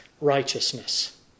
righteousness